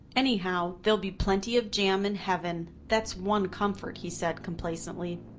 anyhow, there'll be plenty of jam in heaven, that's one comfort, he said complacently.